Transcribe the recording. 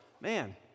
man